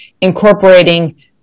incorporating